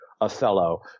Othello